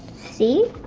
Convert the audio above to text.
see?